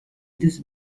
des